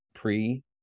Pre